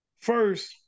first